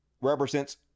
Represents